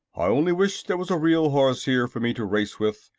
i only wish there was a real horse here for me to race with.